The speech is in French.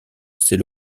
c’est